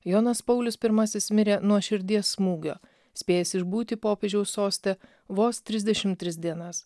jonas paulius pirmasis mirė nuo širdies smūgio spėjęs išbūti popiežiaus soste vos trisdešimt tris dienas